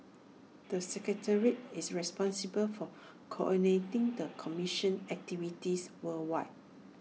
the secretariat is responsible for coordinating the commission's activities worldwide